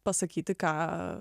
pasakyti ką